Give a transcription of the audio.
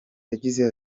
yagize